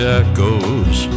echoes